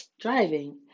driving